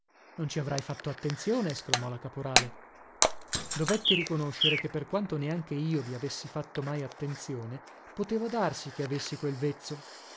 non ci avrai fatto attenzione esclamò la caporale dovetti riconoscere che per quanto neanche io vi avessi fatto mai attenzione poteva darsi che avessi quel vezzo